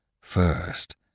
First